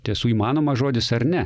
tiesų įmanoma žodis ar ne